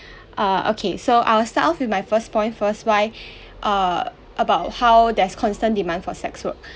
uh okay so I'll start off with my first point first why uh about how there's constant demand for sex work